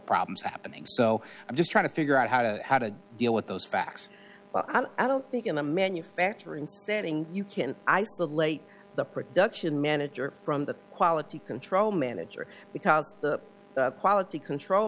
problems happening so i'm just trying to figure out how to how to deal with those facts but i don't think in a manufacturing you can isolate the production manager from the quality control manager because the quality control